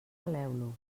peleu